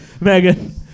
Megan